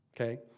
okay